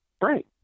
Right